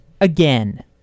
again